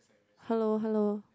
hello hello